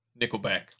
Nickelback